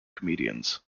comedians